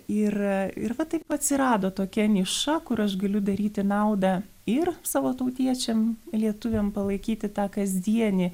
ir ir va taip atsirado tokia niša kur aš galiu daryti naudą ir savo tautiečiam lietuviam palaikyti tą kasdienį